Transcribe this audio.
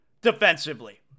defensively